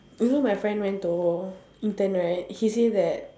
you know my friend went to intern right he say that